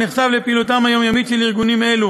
הנחשף לפעילותם היומיומית של ארגונים אלו